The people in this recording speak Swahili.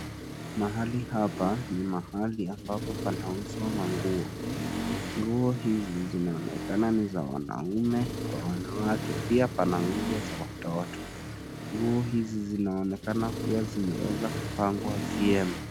Mahali hapa ni mahali ambapo panauzwa manguo. Nguo hizi zinaonekana ni za wanaume kwa wanawake, pia pana nguo za watoto. Nguo hizi zinaonekana huwa zimeweza kupangwa vyema.